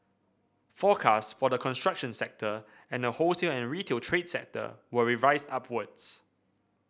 forecasts for the construction sector and the wholesale and retail trade sector were revised upwards